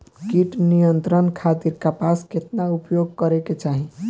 कीट नियंत्रण खातिर कपास केतना उपयोग करे के चाहीं?